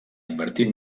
invertir